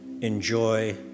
enjoy